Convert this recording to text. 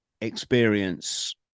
experience